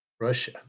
Russia